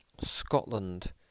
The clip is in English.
Scotland